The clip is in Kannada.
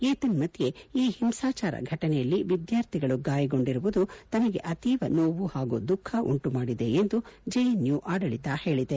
ಏತನ್ನದ್ದೆ ಈ ಹಿಂಸಾಚಾರ ಘಟನೆಯಲ್ಲಿ ವಿದ್ಲಾರ್ಥಿಗಳು ಗಾಯಗೊಂಡಿರುವುದು ತನಗೆ ಅತೀವ ಸೋವು ಹಾಗೂ ದುಃಖ ಉಂಟು ಮಾಡಿದೆ ಎಂದು ಜೆಎನ್ ಯು ಆಡಳಿತ ಹೇಳಿದೆ